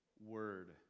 word